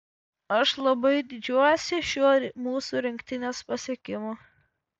aš labai didžiuojuosi šiuo mūsų rinktinės pasiekimu